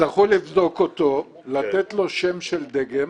יצטרכו לבדוק אותו, לתת לו שם של דגם,